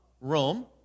Rome